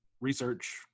research